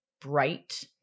bright